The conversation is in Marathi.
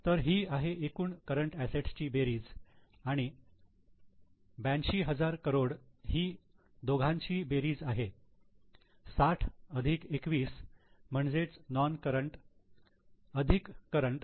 तर ही आहे एकूण करंट असेट्स ची बेरीज आणि 82000 करोड ही दोघांची बेरीज आहे 60 अधिक 21 म्हणजेच नोन करंट अधिक करंट